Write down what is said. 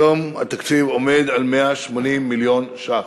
היום התקציב עומד על 180 מיליון ש"ח.